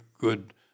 good